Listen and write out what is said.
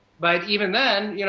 but even then,